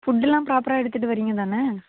ஃபுட்டெல்லாம் ப்ராப்பராக எடுத்துகிட்டு வரீங்க தானே